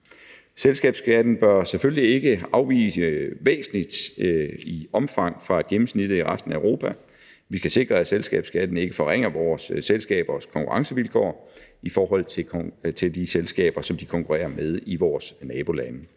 Selskabsskatten bør selvfølgelig ikke afvige væsentligt i omfang fra gennemsnittet i resten af Europa. Vi skal sikre, at selskabsskatten ikke forringer vores selskabers konkurrencevilkår i forhold til de selskaber, som de konkurrerer med i vores nabolande.